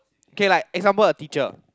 okay like example a teacher